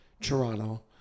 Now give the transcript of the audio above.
Toronto